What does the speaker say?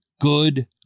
good